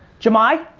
jamai?